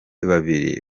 babiri